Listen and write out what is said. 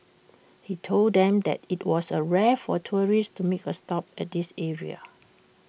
he told them that IT was rare for tourists to make A stop at this area